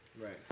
Right